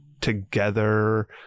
together